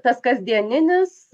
tas kasdieninis